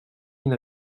une